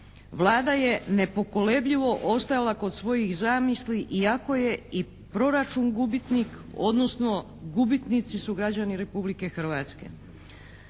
Vlada je nepokolebljivo ostajala kod svojih zamisli iako je i proračun gubitnik odnosno gubitnici su građani Republike Hrvatske.